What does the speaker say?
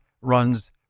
runs